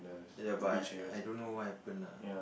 ya but I I don't know what happen lah